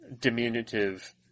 diminutive